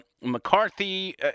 McCarthy